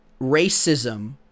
racism